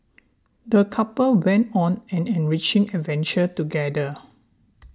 the couple went on an enriching adventure together